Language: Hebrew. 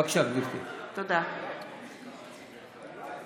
בבקשה, גברתי.